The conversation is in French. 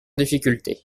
difficulté